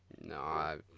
No